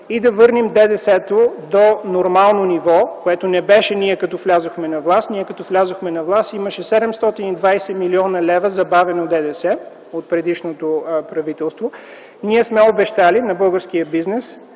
и да върнем ДДС то до нормално ниво, което не беше, когато ние влязохме на власт, защото ние като влязохме на власт имаше 720 млн. лв. забавено ДДС от предишното правителство, ние сме обещали на българския бизнес